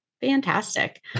Fantastic